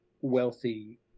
wealthy